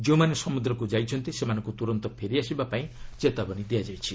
ଯେଉଁମାନେ ସମୁଦ୍ରକୁ ଯାଇଛନ୍ତି ସେମାନଙ୍କୁ ତୁରନ୍ତ ଫେରିଆସିବାପାଇଁ ଚେତାବନୀ ଦିଆଯାଇଛି